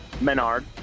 Menard